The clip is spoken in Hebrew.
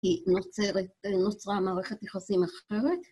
היא נוצרה מערכת יחסים אחרת